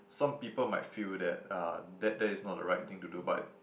some people might feel that uh that that is not the right thing to do but